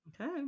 okay